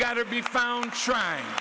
got to be found trying